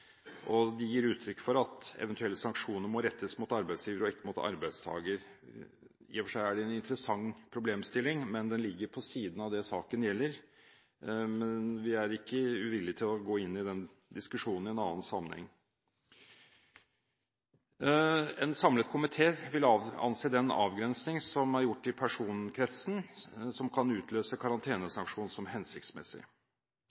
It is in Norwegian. vertsfamilien. Fremskrittspartiet gir uttrykk for at eventuelle sanksjoner må rettes mot arbeidsgiver, ikke mot arbeidstager. Det er en interessant problemstilling, men den ligger på siden av det saken gjelder. Vi er ikke uvillig til å gå inn i den diskusjonen i en annen sammenheng. En samlet komité ville anse den avgrensning som er gjort i personkretsen, som kan utløse